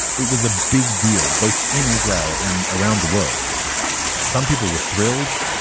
it was a big deal, both in israel and around the world some people were thrilled.